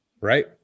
Right